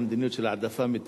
במסגרת המדיניות של העדפה מתקנת,